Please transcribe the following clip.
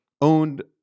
owned